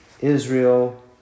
Israel